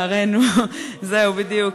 אז לצערנו, זהו, בדיוק.